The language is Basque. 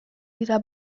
dira